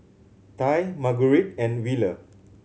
Tye Margurite and Wheeler